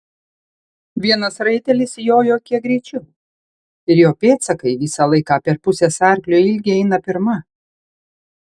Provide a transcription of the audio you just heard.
vienas raitelis jojo kiek greičiau ir jo pėdsakai visą laiką per pusės arklio ilgį eina pirma